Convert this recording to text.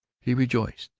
he rejoiced,